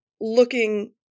looking